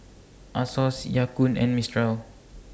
Asos Ya Kun and Mistral